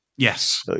Yes